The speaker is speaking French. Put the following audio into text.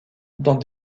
dans